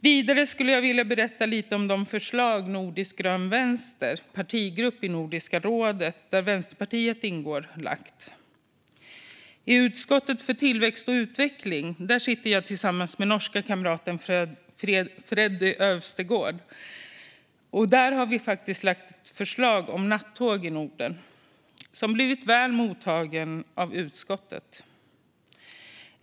Vidare skulle jag vilja berätta lite grann om de förslag som Nordisk grön vänster, som är en partigrupp i Nordiska rådet där Vänsterpartiet ingår, har lagt fram. I utskottet för tillväxt och utveckling i Norden, där jag sitter tillsammans med min norska kamrat Freddy Øvstegård, har vi lagt fram ett förslag om nattåg i Norden som blivit väl mottaget av utskottet.